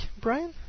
Brian